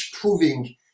proving